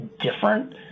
different